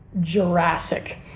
Jurassic